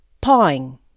pawing